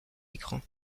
écran